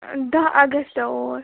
دَہ اَگستہٕ اوس